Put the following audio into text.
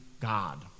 God